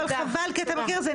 אבל חבל כי אתה מכיר את זה.